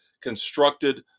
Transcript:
constructed